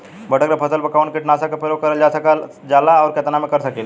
मटर के फसल पर कवन कीटनाशक क प्रयोग करल जाला और कितना में कर सकीला?